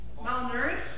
malnourished